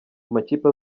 amakipe